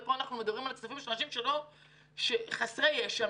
ופה אנחנו מדברים על כספים של חסרי ישע,